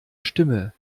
stimme